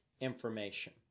information